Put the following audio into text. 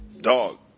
Dog